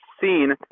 seen